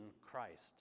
Christ